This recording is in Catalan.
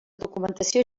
documentació